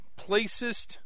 placist